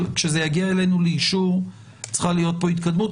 כשזה יגיע אלינו לאישור, צריכה להיות כאן התקדמות.